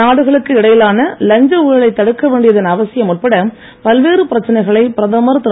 நாடுகளுக்கு இடையிலான லஞ்ச ஊழலை தடுக்க வேண்டியதன் அவசியம் உட்பட பல்வேறு பிரச்சனைகளை பிரதமர் திரு